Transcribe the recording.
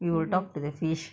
we will talk to the fish